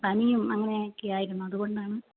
പനിയും അങ്ങനെയൊക്കെയായിരുന്നു അതുകൊണ്ടാണ്